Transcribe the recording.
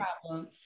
problem